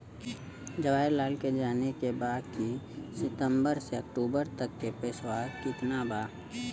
जवाहिर लाल के जाने के बा की सितंबर से अक्टूबर तक के पेसवा कितना बा?